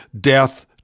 death